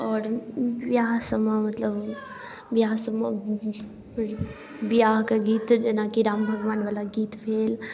आओर बिआहसबमे मतलब बिआहसबमे बिआहके गीत जेनाकि राम भगवानवला गीत भेल